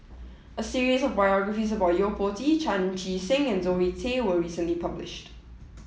a series of biographies about Yo Po Tee Chan Chee Seng and Zoe Tay was recently published